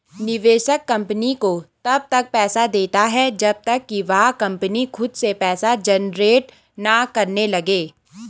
निवेशक कंपनी को तब तक पैसा देता है जब तक कि वह कंपनी खुद से पैसा जनरेट ना करने लगे